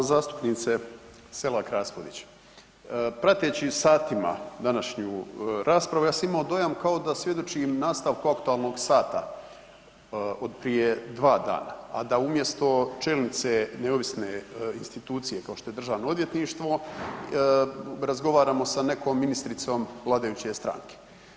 Poštovana zastupnice Selak Raspudić, prateći satima današnju raspravu ja sam imao dojam kao da svjedočim nastavku aktualnog sata od prije 2 dana, a da umjesto čelnice neovisne institucije kao što je državno odvjetništvo razgovaramo sa nekom ministricom vladajuće stranke.